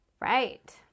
Right